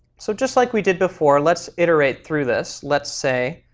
so just like we did before, let's iterate through this. let's say